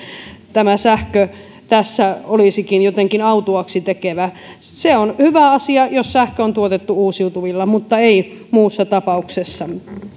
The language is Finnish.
tämä sähkö tässä olisikin jotenkin autuaaksi tekevä se on hyvä asia jos sähkö on tuotettu uusiutuvilla mutta ei muussa tapauksessa